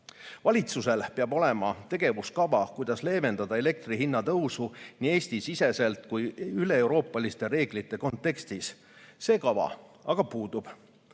Valitsusel peab olema tegevuskava, kuidas leevendada elektri hinna tõusu nii Eesti-siseselt kui üleeuroopaliste reeglite kontekstis. See kava aga puudub.